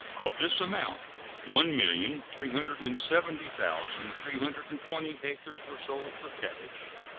of this amount one million three hundred and seventy thousand three hundred and twenty acres were sold for cash,